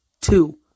two